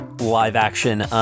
live-action